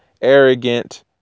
arrogant